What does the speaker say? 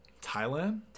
thailand